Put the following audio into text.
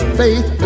faith